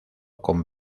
con